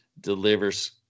delivers